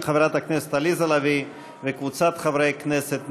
של חברת הכנסת עליזה לביא וקבוצת חברי הכנסת.